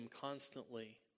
constantly